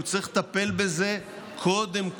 הוא צריך לטפל בזה קודם כול.